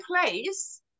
place